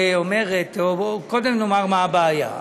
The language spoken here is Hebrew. קודם נאמר מה הבעיה.